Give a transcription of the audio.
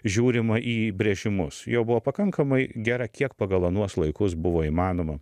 žiūrima į įbrėžimus jau buvo pakankamai gera kiek pagal anuos laikus buvo įmanoma